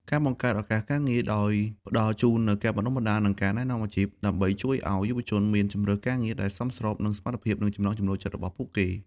ការបង្កើតឱកាសការងារ ដោយផ្តល់ជូននូវការបណ្តុះបណ្តាល និងការណែនាំអាជីព ដើម្បីជួយឲ្យយុវជនមានជម្រើសការងារដែលសមស្របនឹងសមត្ថភាព និងចំណង់ចំណូលចិត្តរបស់ពួកគេ។